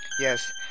Yes